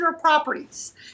properties